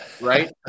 right